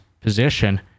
position